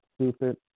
stupid